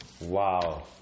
Wow